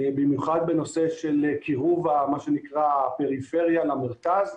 במיוחד בנושא של קירוב הפריפריה למרכז.